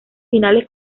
finales